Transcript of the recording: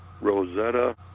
Rosetta